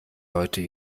leute